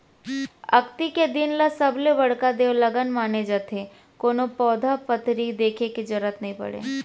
अक्ती के दिन ल सबले बड़का देवलगन माने जाथे, कोनो पोथा पतरी देखे के जरूरत नइ परय